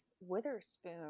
Witherspoon